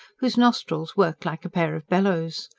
whose nostrils worked like a pair of bellows.